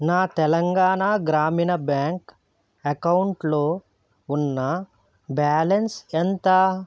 నా తెలంగాణా గ్రామీణ బ్యాంక్ అకౌంట్లో ఉన్న బ్యాలన్స్ ఎంత